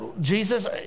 Jesus